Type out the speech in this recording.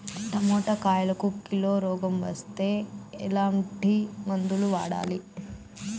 Tomato కాయలకు kilo రోగం వస్తే ఎట్లాంటి మందులు వాడాలి?